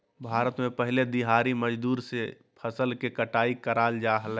भारत में पहले दिहाड़ी मजदूर से फसल के कटाई कराल जा हलय